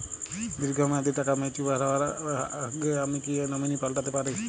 দীর্ঘ মেয়াদি টাকা ম্যাচিউর হবার আগে আমি কি নমিনি পাল্টা তে পারি?